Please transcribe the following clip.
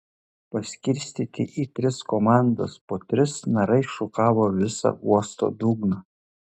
paskirstyti į tris komandas po tris narai šukavo visą uosto dugną